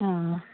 ആ